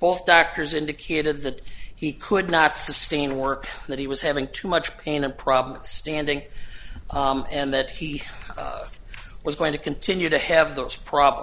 both doctors indicated that he could not sustain work that he was having too much pain and problems standing and that he was going to continue to have those problems